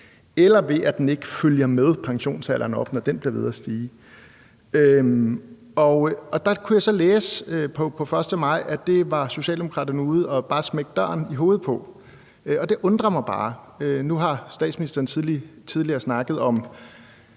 sikre, at den ikke følger med pensionsalderen, når den bliver ved med at stige. Der kunne jeg så læse 1. maj, at Socialdemokraterne smækkede døren i for den idé, og det undrer mig bare. Nu har statsministeren tidligere talt om